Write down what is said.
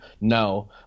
No